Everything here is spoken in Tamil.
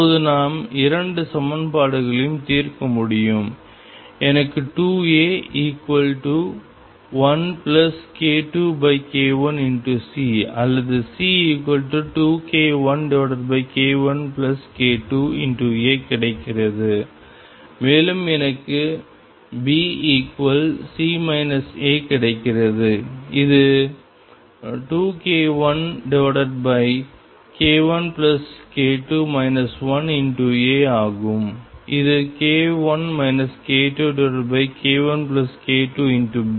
இப்போது நாம் இரண்டு சமன்பாடுகளையும் தீர்க்க முடியும் எனக்கு 2A1k2k1C அல்லது C2k1k1k2A கிடைக்கிறது மேலும் எனக்கு BC A கிடைக்கிறது இது 2k1k1k2 1A ஆகும் இது k1 k2k1k2 B